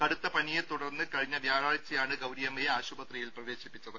കടുത്ത പനിയെ തുടുർന്ന് കഴിഞ്ഞ വ്യാഴാഴ്ചയാണ് ഗൌരിയമ്മയെ ആശുപത്രിയിൽ പ്രവേശിപ്പിച്ചത്